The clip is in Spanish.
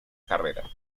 carrera